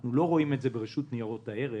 אנחנו לא רואים את זה ברשות ניירות הערך